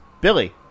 Billy